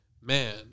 man